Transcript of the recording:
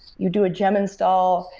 you do a gem install,